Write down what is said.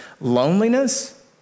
loneliness